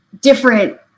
different